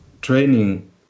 training